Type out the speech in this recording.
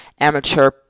amateur